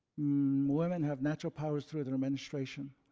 women have natural powers through their menstruation.